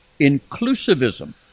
inclusivism